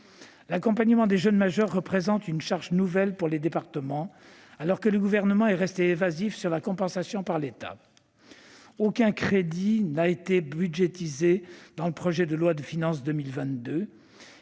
L'accompagnement des jeunes majeurs représente une charge nouvelle pour les départements, alors que le Gouvernement est resté évasif sur la compensation de cette charge par l'État. Aucun crédit n'a été budgétisé dans le projet de loi de finances pour